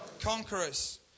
conquerors